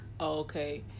okay